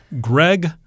Greg